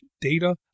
data